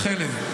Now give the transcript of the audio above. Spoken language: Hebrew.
חלם.